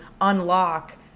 unlock